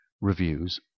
reviews